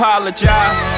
Apologize